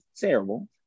terrible